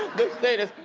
the status.